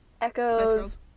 Echoes